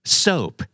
soap